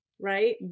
right